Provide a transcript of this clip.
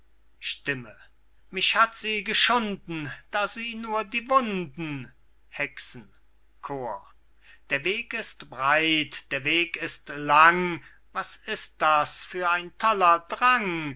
schnelle mich hat sie geschunden da sieh nur die wunden hexen chor der weg ist breit der weg ist lang was ist das für ein toller drang